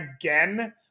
again